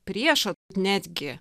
priešą netgi